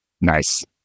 Nice